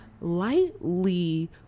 lightly